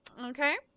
Okay